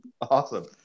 Awesome